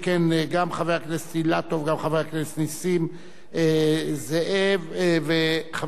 גם חבר הכנסת נסים זאב וגם חבר הכנסת אריה אלדד אינם נוכחים,